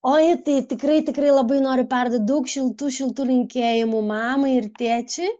oi tai tikrai tikrai labai noriu perduot daug šiltų šiltų linkėjimų mamai ir tėčiui